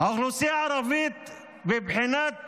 האוכלוסייה הערבית בבחינת